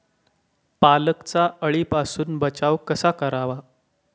पालकचा अळीपासून बचाव कसा करावा?